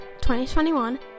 2021